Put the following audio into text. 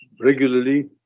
regularly